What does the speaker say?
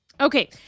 Okay